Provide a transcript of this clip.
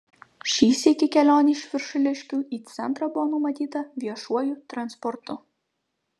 šį sykį kelionė iš viršuliškių į centrą buvo numatyta viešuoju transportu